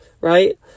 right